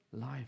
life